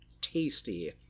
tasty